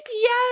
Yes